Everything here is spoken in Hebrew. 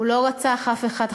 הוא לא רצח אף אחד,